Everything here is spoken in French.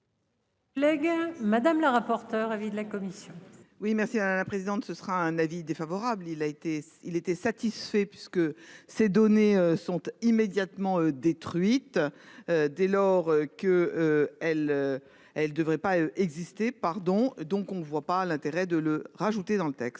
madame la rapporteure avis de la commission. Oui merci à la présidente ce sera un avis défavorable. Il a été il était satisfait puisque ces données sont immédiatement détruite. Dès lors que elle. Elle devrait pas exister, pardon, donc on ne voit pas l'intérêt de le rajouter dans le texte.